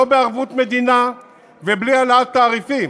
לא בערבות מדינה ובלי העלאת תעריפים